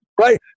Right